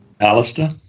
Alistair